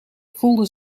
voelde